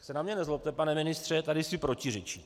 Teď se na mě nezlobte, pane ministře, tady si protiřečíte.